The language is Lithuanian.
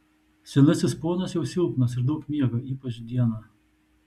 senasis ponas jau silpnas ir daug miega ypač dieną